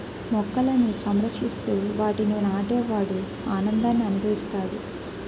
మొక్కలని సంరక్షిస్తూ వాటిని నాటే వాడు ఆనందాన్ని అనుభవిస్తాడు